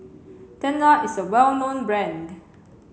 Tena is a well known brand